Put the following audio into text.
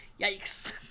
Yikes